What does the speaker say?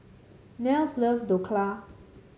Nels love Dhokla